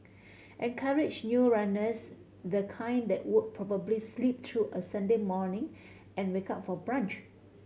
encourage new runners the kind that would probably sleep through a Sunday morning and wake up for brunch